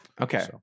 Okay